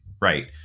Right